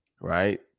right